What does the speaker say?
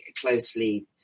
closely